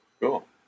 Cool